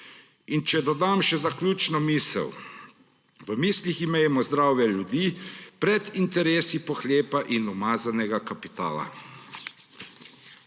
Če dodam še zaključno misel: v mislih imejmo zdrave ljudi pred interesi pohlepa in umazanega kapitala.